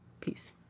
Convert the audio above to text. peace